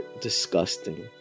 disgusting